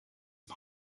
mal